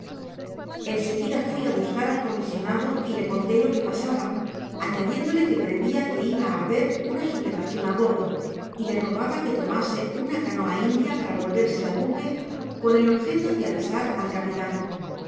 seguida fui á buscar al comisionado y le conté lo que pasaba añadiéndole que previa que iba á haber una sublevacion á bordó y le rogaba que tomase una canoa india para volverse al buque con el objeto de avisar al eapitan